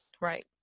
right